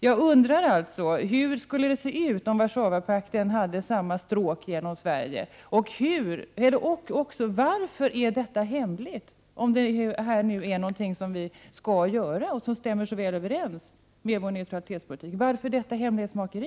Jag undrar alltså: Hur skulle det se ut om Warszawapakten ville begagna samma stråk genom Sverige? Och varför är detta hemligt? Om det nu är någonting som stämmer så väl överens med vår neutralitet — varför då detta hemlighetsmakeri?